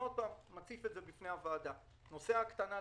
נוספה גם הפנייה שהיתה לנו,